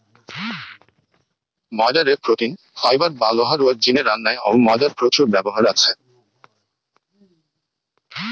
ময়দা রে protein, fibre বা লোহা রুয়ার জিনে রান্নায় অউ ময়দার প্রচুর ব্যবহার আছে